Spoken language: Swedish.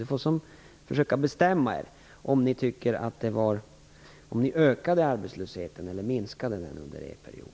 Ni får försöka bestämma er för om ni ökade eller minskade arbetslösheten under er period.